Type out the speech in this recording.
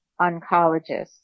oncologist